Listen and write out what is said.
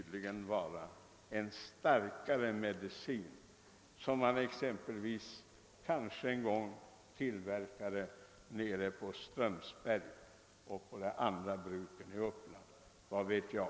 Det behövs nog en starkare medicin, kanske en sådan som en gång tillverkades på Strömsberg och andra bruk i Uppland — vad vet jag.